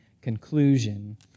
conclusion